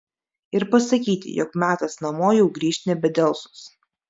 ir pasakyti jog metas namo jau grįžt nebedelsus